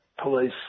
police